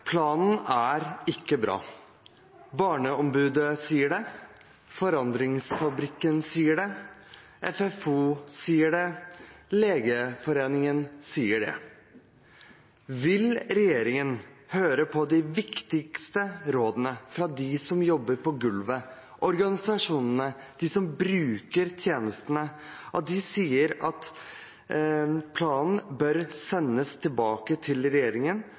ikke bra. Barneombudet sier det, Forandringsfabrikken sier det, FFO sier det, Legeforeningen sier det. Vil regjeringen høre på de viktigste rådene fra dem som jobber på gulvet, organisasjonene og dem som bruker tjenestene? De sier at planen bør sendes tilbake til